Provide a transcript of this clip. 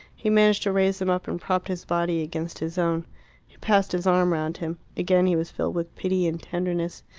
he managed to raise him up, and propped his body against his own. he passed his arm round him. again he was filled with pity and tenderness.